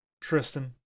Tristan